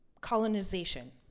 colonization